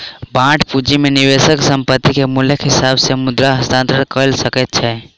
bond पूंजी में निवेशक संपत्ति के मूल्यक हिसाब से मुद्रा हस्तांतरण कअ सकै छै